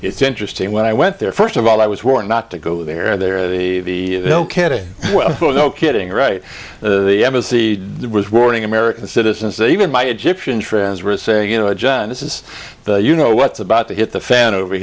it's interesting when i went there first of all i was warned not to go there there the no kidding no kidding right the embassy was warning american citizens even my egyptian friends were saying you know john this is you know what's about to hit the fan over